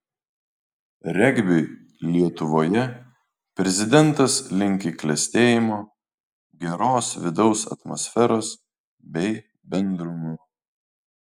regbiui lietuvoje prezidentas linki klestėjimo geros vidaus atmosferos bei bendrumo